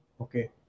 Okay